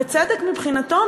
בצדק מבחינתו,